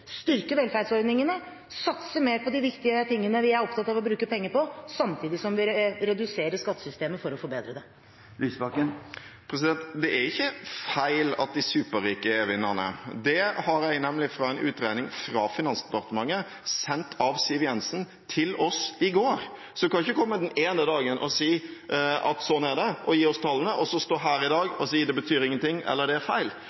styrke velferdsordningene, satse mer på de viktige tingene vi er opptatt av å bruke penger på, samtidig som vi reduserer skattesystemet for å forbedre det. Det er ikke feil at de superrike er vinnerne. Det har jeg nemlig fra en utregning fra Finansdepartementet, sendt av Siv Jensen til oss i går. Så hun kan ikke komme den ene dagen og si at sånn er det, og gi oss tallene, og så stå her i dag og si at det betyr ingenting, eller at det er feil.